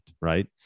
right